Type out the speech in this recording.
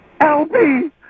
LB